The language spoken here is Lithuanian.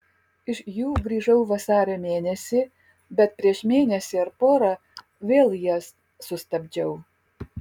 iš jų grįžau vasario mėnesį bet prieš mėnesį ar porą vėl jas sustabdžiau